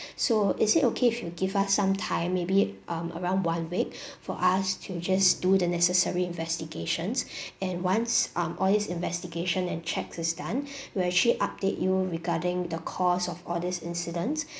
so is it okay if you give us some time maybe um around one week for us to just do the necessary investigations and once um all these investigation and checks is done we'll actually update you regarding the cause of all these incidents